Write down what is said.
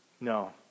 No